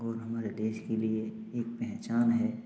और हमारे देश के लिए एक पहचान है